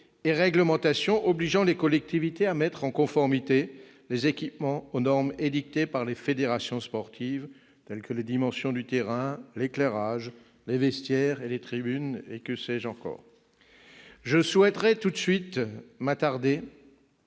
et réglementation obligeant les collectivités à mettre en conformité les équipements avec les normes édictées par les fédérations sportives, qu'il s'agisse des dimensions du terrain, de l'éclairage, des vestiaires, des tribunes et que sais-je encore. Je souhaite m'attarder